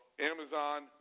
Amazon